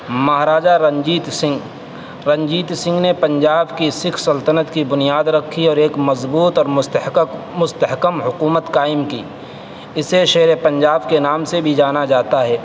مہاراجہ رنجیت سنگھ رنجیت سنگھ نے پنجاب کی سکھ سلطنت کی بنیاد رکھی اور ایک مضبوط اور مستحکک مستحکم حکومت قائم کی اسے شیر پنجاب کے نام سے بھی جانا جاتا ہے